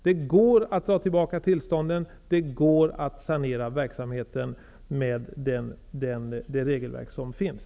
Det går att dra tillbaka tillstånd, och det går att sanera verksamheten med det regelverk som finns.